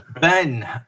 Ben